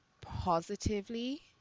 positively